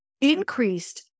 increased